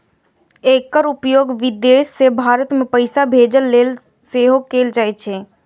एकर उपयोग विदेश सं भारत मे पैसा भेजै लेल सेहो कैल जाइ छै